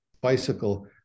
bicycle